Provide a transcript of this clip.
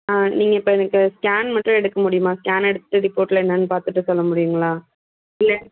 ஆ நீங்கள் இப்போ எனக்கு ஸ்கேன் மட்டும் எடுக்க முடியுமா ஸ்கேன் எடுத்துட்டு ரிப்போர்ட்டில் என்னென்று பார்த்து சொல்ல முடியுங்களா இல்லை